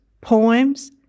poems